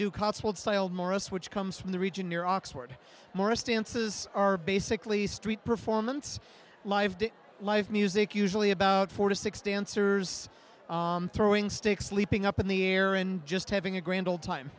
morris which comes from the region near oxford morris dances are basically street performance live to life music usually about four to six dancers on throwing sticks leaping up in the air and just having a grand old time